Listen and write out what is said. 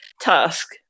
task